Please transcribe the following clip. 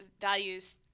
values